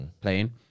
playing